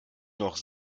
noch